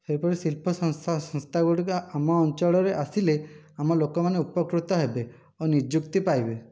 ସେଇପରି ଶିଳ୍ପ ସଂସ୍ଥା ଗୁଡ଼ିକ ଆମ ଅଞ୍ଚଳରେ ଆସିଲେ ଆମ ଲୋକମାନେ ଉପକୃତ ହେବେ ଓ ନିଯୁକ୍ତି ପାଇବେ